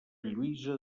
lluïsa